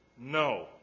no